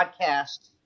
podcast